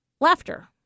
laughter